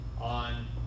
on